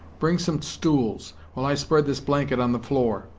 bring some stools while i spread this blanket on the floor,